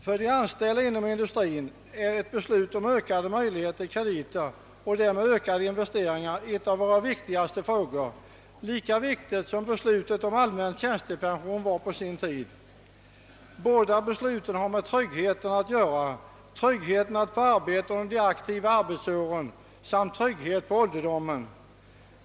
För de anställda inom industrin är ett beslut om ökade möjligheter till krediter och därmed ökade investeringar en av våra viktigaste frågor, lika viktig som beslutet om en allmän tjänstepension på sin tid var, Båda besluten har med tryggheten att göra, tryggheten för att få arbete under de aktiva arbetsåren och trygghet på ålderdomen.